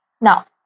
Now